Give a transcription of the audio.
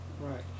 right